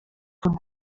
von